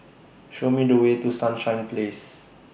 Show Me The Way to Sunshine Place